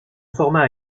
format